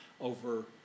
over